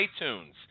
iTunes